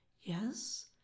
Yes